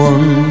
One